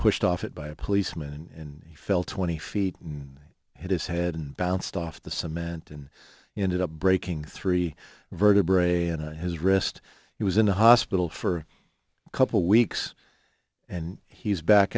pushed off it by a policeman and fell twenty feet in his head and bounced off the cement and ended up breaking three vertebrae in his wrist he was in the hospital for a couple weeks and he's back